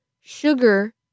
sugar